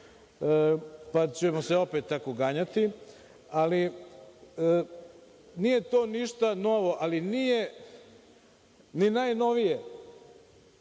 pa ćemo se opet tako ganjati, ali nije to ništa novo, ali nije ni najnovije. Hajde